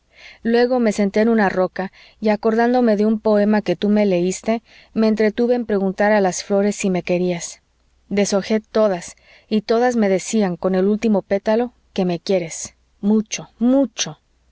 luego me senté en una roca y acordándome de un poema que tú me leíste me entretuve en preguntar a las flores si me querías deshojé todas y todas me decían con el último pétalo que me quieres mucho mucho